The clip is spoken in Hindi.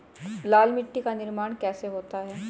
लाल मिट्टी का निर्माण कैसे होता है?